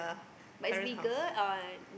but it's bigger or